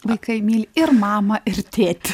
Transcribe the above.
vaikai myli ir mamą ir tėtį